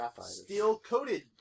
steel-coated